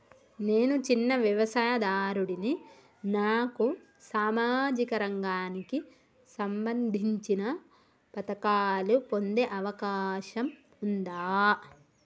నేను చిన్న వ్యవసాయదారుడిని నాకు సామాజిక రంగానికి సంబంధించిన పథకాలు పొందే అవకాశం ఉందా?